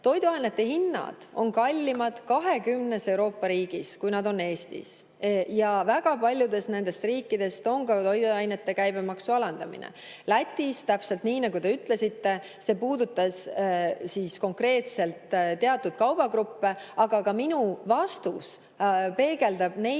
Toiduainete hinnad on 20‑s Euroopa riigis kallimad, kui nad on Eestis. Ja väga paljudes nendest riikidest on ka toiduainete käibemaksu alandatud. Lätis, täpselt nii, nagu te ütlesite, see puudutas konkreetselt teatud kaubagruppe, aga ka minu vastus peegeldab neid